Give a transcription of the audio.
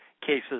cases